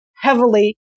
heavily